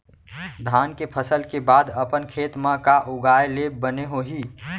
धान के फसल के बाद अपन खेत मा का उगाए ले बने होही?